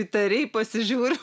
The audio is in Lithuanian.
įtariai pasižiūriu